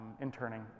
interning